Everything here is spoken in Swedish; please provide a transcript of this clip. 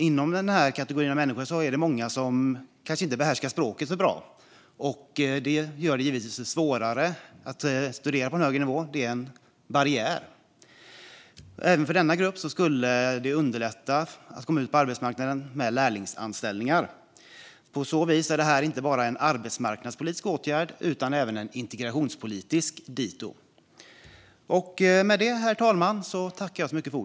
Inom den kategorin är det många som kanske inte behärskar språket så bra, vilket givetvis gör det svårare att studera på högre nivå. Det är en barriär. Även för denna grupp skulle det underlätta att komma ut på arbetsmarknaden med lärlingsanställningar. På så vis är detta inte bara en arbetsmarknadspolitisk åtgärd utan även en integrationspolitisk dito.